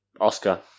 Oscar